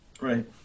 Right